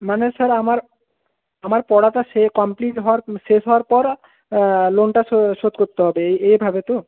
মানে স্যার আমার আমার পড়াটা কমপ্লিট হওয়ার শেষ হওয়ার পর লোনটা শোধ করতে হবে এইভাবে তো